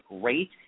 great